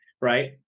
Right